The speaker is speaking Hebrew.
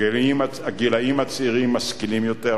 הגילאים הצעירים משכילים יותר,